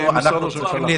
משרד ראש הממשלה.